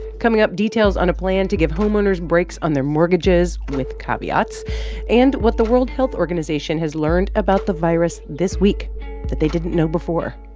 coming up details on a plan to give homeowners breaks on their mortgages with caveats and what the world health organization has learned about the virus this week that they didn't know before.